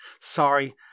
Sorry